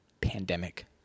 pandemic